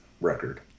record